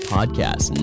Podcast